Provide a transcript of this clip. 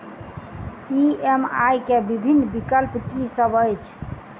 EMI केँ विभिन्न विकल्प की सब अछि